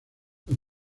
los